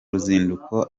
ruzinduko